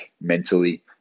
mentally